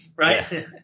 Right